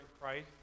Christ